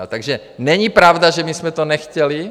Takže není pravda, že my jsme to nechtěli.